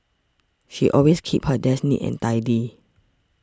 she always keeps her desk neat and tidy